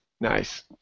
nice